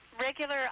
regular